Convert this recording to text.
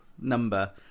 number